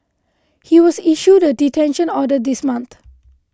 he was issued a detention order this month